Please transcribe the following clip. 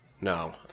No